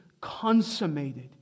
consummated